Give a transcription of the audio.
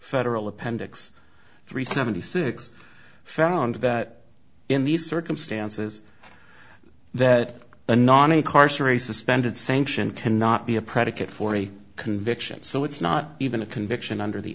federal appendix three seventy six found that in these circumstances that a non incarceration suspended sanction cannot be a predicate for a conviction so it's not even a conviction under the